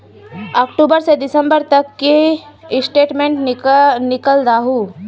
अक्टूबर से दिसंबर तक की स्टेटमेंट निकल दाहू?